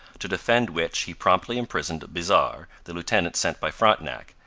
to defend which he promptly imprisoned bizard, the lieutenant sent by frontenac,